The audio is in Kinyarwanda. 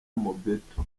mobetto